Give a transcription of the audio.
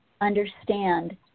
understand